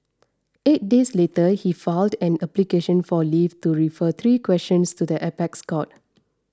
eight days later he filed an application for leave to refer three questions to the apex court